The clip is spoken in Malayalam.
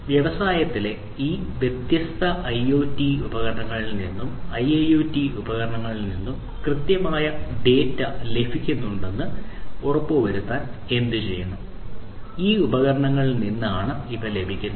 വ്യവസായത്തിലെ ഈ വ്യത്യസ്ത IoT ഉപകരണങ്ങളിൽ നിന്നും IIoT ഉപകരണങ്ങളിൽ നിന്നും കൃത്യമായ ഡാറ്റ ലഭിക്കുന്നുണ്ടെന്ന് ഉറപ്പുവരുത്താൻ എന്തുചെയ്യണം ഈ ഉപകരണങ്ങളിൽ നിന്നാണ് ഇവ ലഭിക്കുന്നത്